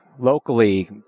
locally